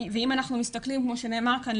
אם אנחנו מסתכלים כמו שנאמר כאן,